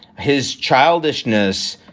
his childishness,